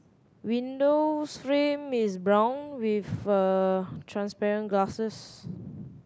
windows frame is brown with transparent glasses